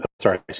sorry